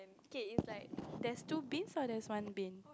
K is like there's two bins or there's one bin